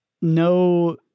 no